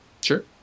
Sure